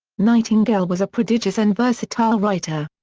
nightingale was a prodigious and versatile writer.